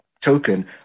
token